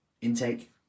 intake